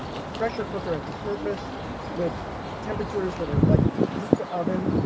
um a pressure cooker at the surface with temperatures that are like your pizza oven.